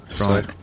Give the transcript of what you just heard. Right